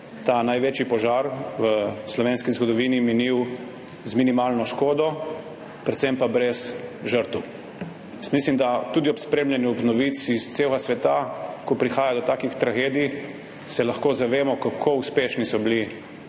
ta največji požar v slovenski zgodovini minil z minimalno škodo, predvsem pa brez žrtev. Jaz mislim, da se lahko tudi ob spremljanju novic iz celega sveta, ko prihaja do takih tragedij, zavemo, kako uspešni so bili